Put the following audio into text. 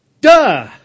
Duh